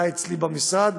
שהיה אצלי במשרד.